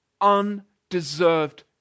undeserved